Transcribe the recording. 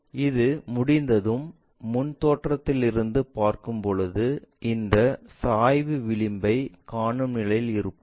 இது முடிந்ததும் முன் தோற்றத்திலிருந்து பார்க்கும்பொழுது இந்த சாய்ந்த விளிம்பைக் காணும் நிலையில் இருப்போம்